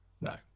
No